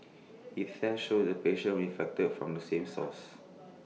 IT fact showed the patients were infected from the same source